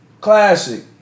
Classic